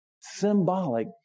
Symbolic